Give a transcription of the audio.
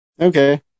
Okay